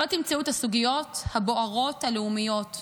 לא תמצאו את הסוגיות הבוערות, הלאומיות: